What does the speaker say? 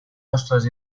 nostres